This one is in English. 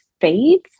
faith